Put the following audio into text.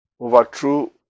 overthrew